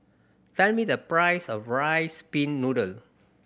tell me the price of Rice Pin Noodles